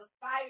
fire